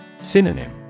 Synonym